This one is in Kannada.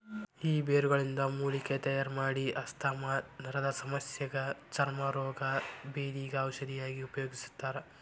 ಈ ಬೇರುಗಳಿಂದ ಮೂಲಿಕೆ ತಯಾರಮಾಡಿ ಆಸ್ತಮಾ ನರದಸಮಸ್ಯಗ ಚರ್ಮ ರೋಗ, ಬೇಧಿಗ ಔಷಧಿಯಾಗಿ ಉಪಯೋಗಿಸ್ತಾರ